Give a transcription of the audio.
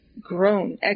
grown